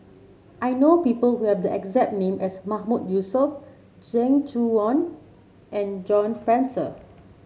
I know people who have the exact name as Mahmood Yusof Zeng Shouyin and John Fraser